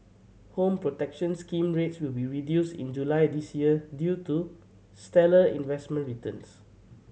Home Protection Scheme rates will be reduced in July this year due to stellar investment returns